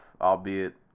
albeit